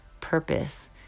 purpose